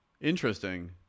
Interesting